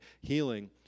healing